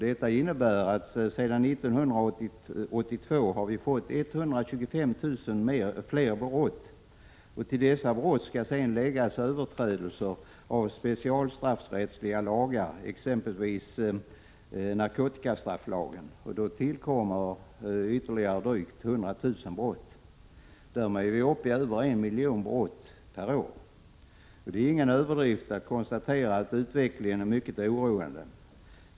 Detta innebär att vi sedan 1982 har fått 125 000 fler brott. Till 119 dessa brott skall läggas överträdelse av specialstraffrättsliga lagar, exempelvis narkotikastrafflagen. Då tillkommer ytterligare drygt 100 000 brott. Därmed är vi uppe i över 1 miljon brott per år. Det är ingen överdrift att konstatera att utvecklingen är mycket oroande.